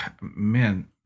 man